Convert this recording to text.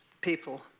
people